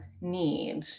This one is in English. need